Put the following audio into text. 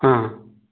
ꯑꯥ